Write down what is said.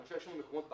יש מקומות בארץ,